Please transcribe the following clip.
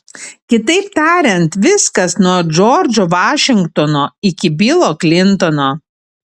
kitaip tariant viskas nuo džordžo vašingtono iki bilo klintono